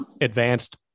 advanced